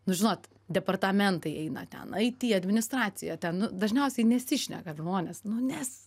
nu žinot departamentai eina ten ai ty administraciją ten nu dažniausiai nesišneka žmonės nu nes